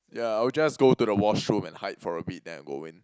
ya I'll just go to the washroom and hide for a bit then I go in